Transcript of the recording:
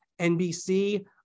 NBC